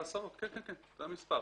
עשרות, זה המספר.